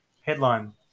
Headline